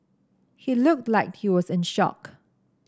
he looked like he was in shock